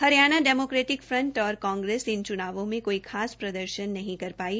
Haryana democratic front और कांग्रेस इन च्नावों में कोई खास प्रदर्शन नहीं कर पायी